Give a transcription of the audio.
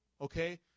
Okay